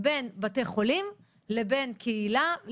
בין בתי חולים לבין קהילה,